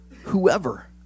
whoever